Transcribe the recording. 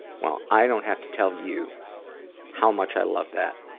well, i don't' have to tell you how much i loved that,